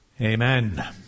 Amen